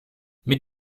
mit